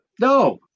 no